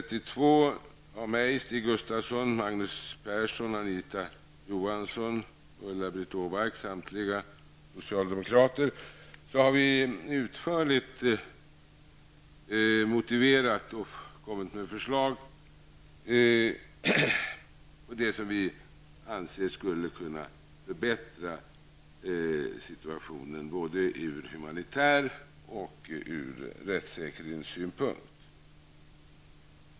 Åbark -- samtliga socialdemokrater -- har vi lämnat en utförlig motivering och kommit med förslag till hur man enligt vår uppfattning skall kunna förbättra situationen, både från humanitär synpunkt och från rättssäkerhetssynpunkt.